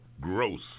Gross